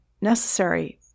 necessary